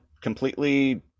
completely